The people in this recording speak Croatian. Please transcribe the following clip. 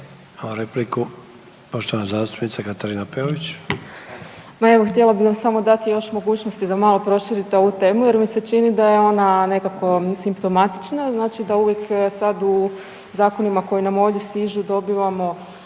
Imamo repliku, poštovana zastupnica Katarina Peović.